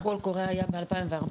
קול קורא היה ב-2014.